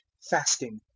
fasting